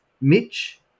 mitch